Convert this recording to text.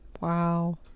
Wow